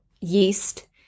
yeast